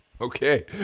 Okay